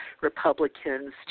Republicans